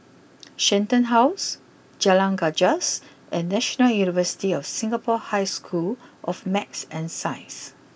Shenton house Jalan Gajus and National University of Singapore High School of Math and Science